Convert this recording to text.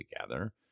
together